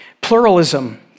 Pluralism